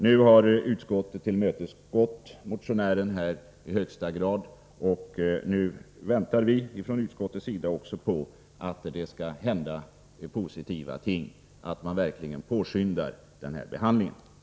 Nu har utskottet tillmötesgått motionärerna i högsta grad, och vi väntar från utskottets sida också att det skall hända positiva ting och att man verkligen påskyndar den här behandlingen. Herr talman!